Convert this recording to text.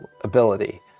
ability